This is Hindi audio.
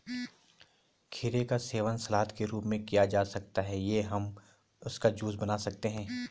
खीरे का सेवन सलाद के रूप में किया जा सकता है या हम इसका जूस बना सकते हैं